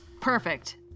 Perfect